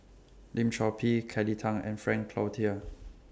Lim Chor Pee Kelly Tang and Frank Cloutier